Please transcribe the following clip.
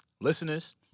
Listeners